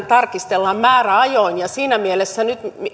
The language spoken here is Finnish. tarkistellaan määräajoin ja siinä mielessä nyt